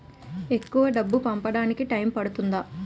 ఎక్కువ డబ్బు పంపడానికి టైం పడుతుందా?